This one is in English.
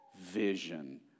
vision